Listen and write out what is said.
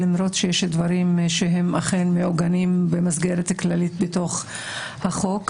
למרות שיש דברים שהם אכן מעוגנים במסגרת כללית בתוך החוק.